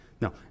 No